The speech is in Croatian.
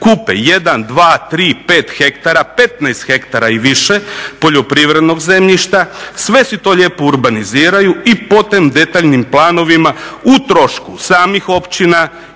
dva, tri pet hektara, 15 hektara i više poljoprivrednog zemljišta, sve si to lijepo urbaniziraju i po tom detaljnim planovima u trošku samih općina